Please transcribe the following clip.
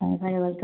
ꯑꯣ ꯐꯔꯦ ꯋꯦꯜꯀꯝ